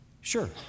Sure